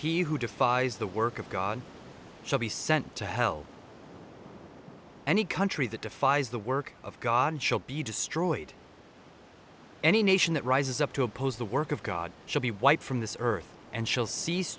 he who defies the work of god shall be sent to hell and a country that defies the work of god shall be destroyed any nation that rises up to oppose the work of god shall be wiped from the earth and shall cease